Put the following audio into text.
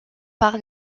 par